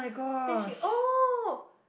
then she oh